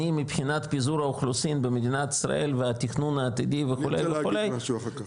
אני מבחינת פיזור האוכלוסין במדינת ישראל והתכנון העתידי וכו' וכו',